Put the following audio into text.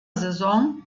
saison